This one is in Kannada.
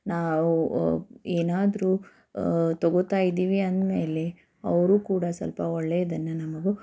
ನಾವು ಏನಾದರೂ ತೊಗೋತಾ ಇದ್ದೀವಿ ಅಂದ ಮೇಲೆ ಅವರೂ ಕೂಡ ಸ್ವಲ್ಪ ಒಳ್ಳೆಯದನ್ನು ನಮಗೂ